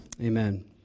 Amen